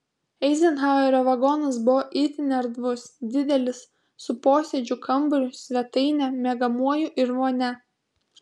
eizenhauerio vagonas buvo itin erdvus didelis su posėdžių kambariu svetaine miegamuoju ir vonia